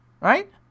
Right